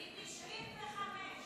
ב-1995,